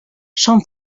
són